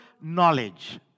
knowledge